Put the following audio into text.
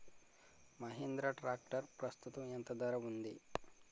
Mahindra tractor ప్రస్తుతం ఎంత ధర ఉంది?